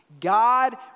God